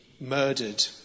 murdered